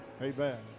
amen